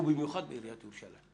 ובמיוחד בעיריית ירושלים.